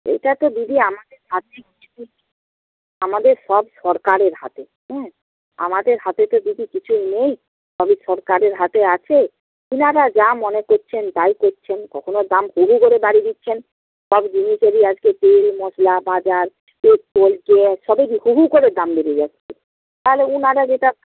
এটা তো দিদি আমাদের আমাদের সব সরকারের হাতে হ্যাঁ আমাদের হাতে তো দিদি কিছুই নেই সবই সরকারের হাতে আছে এনারা যা মনে করছেন তাই করছেন কখনও দাম হু হু করে বাড়িয়ে দিচ্ছেন সব জিনিসেরই আজকে তেল মশলা বাজার পেট্রোল গ্যাস সবেরই হু হু করে দাম বেড়ে যাচ্ছে তাহলে উনারা যেটা